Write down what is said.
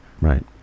Right